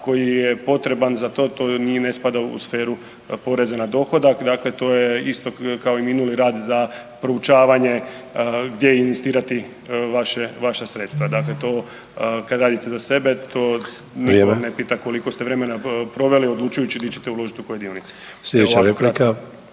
koji je potreban za to, to ne spada u sferu poreza na dohodak, dakle to je isto kao i minuli rad za proučavanje gdje investirati vaša sredstva. Dakle to kad radite za sebe to niko ne pita koliko ste vremena proveli odlučujući gdje ćete uložiti u koje dionice